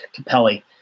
Capelli